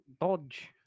dodge